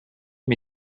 mir